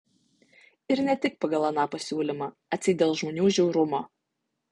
ir ne tik pagal aną pasiūlymą atseit dėl žmonių žiaurumo